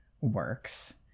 works